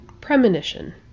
Premonition